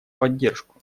поддержку